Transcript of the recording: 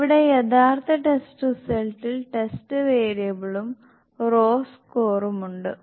ഇവിടെ യഥാർത്ഥ ടെസ്റ്റ് റിസൾട്ടിൽ ടെസ്റ്റ് വേരിയബിളും റോ സ്കോറും ഉണ്ട്